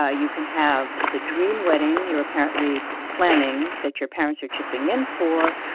ah you can have the dream wedding you're apparently planning that your parents are chipping in for.